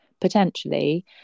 potentially